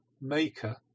maker